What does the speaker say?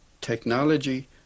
Technology